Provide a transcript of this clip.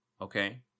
Okay